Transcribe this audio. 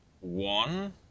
One